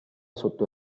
sotto